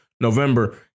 November